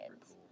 kids